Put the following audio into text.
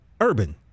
Urban